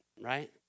right